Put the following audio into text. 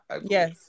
Yes